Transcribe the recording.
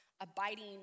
abiding